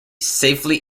safely